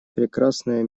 прекрасное